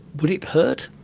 would it hurt?